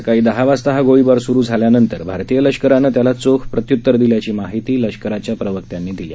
सकाळी दहा वाजता हा गोळीबार सुरू झाल्यानंतर भारतीय लष्करानं त्याला चोख प्रत्युत्तर दिल्याची माहिती लष्कराच्या प्रवक्त्यानं दिली